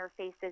interfaces